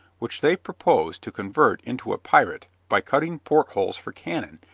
which they proposed to convert into a pirate by cutting portholes for cannon,